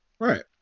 Right